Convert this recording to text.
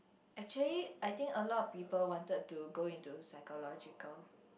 actually I think a lot of people wanted to go into psychological